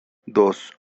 dos